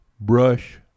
brush